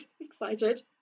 excited